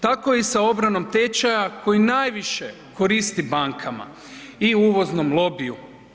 Tako je i sa obranom tečaja koji najviše koristi bankama i uvoznom lobiju.